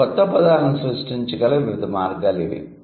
మీరు కొత్త పదాలను సృష్టించగల వివిధ మార్గాలు ఇవి